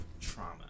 trauma